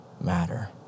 matter